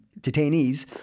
detainees